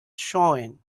showing